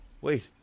wait